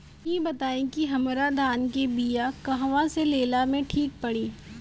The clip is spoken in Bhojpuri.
इ बताईं की हमरा धान के बिया कहवा से लेला मे ठीक पड़ी?